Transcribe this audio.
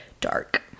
dark